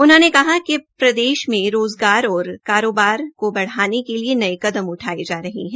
उन्होंने कहा कि प्रदेश में रोजगार और कारोबार को बढाने के लिए नये कदम उठाए जा रहे हैं